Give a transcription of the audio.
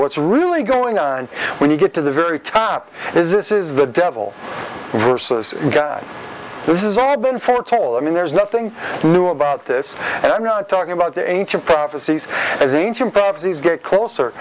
what's really going on when you get to the very top is this is the devil versus god this is i have been foretold i mean there's nothing new about this and i'm not talking about the ancient prophecies as ancient as these get closer